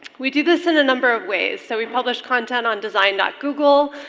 we do this in a number of ways so we published content on design dot google,